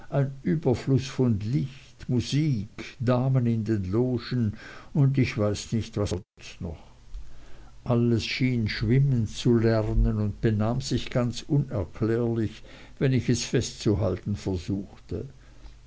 überfluß von licht musik damen in den logen und ich weiß nicht was sonst noch alles schien schwimmen zu lernen und benahm sich ganz unerklärlich wenn ich es festzuhalten versuchte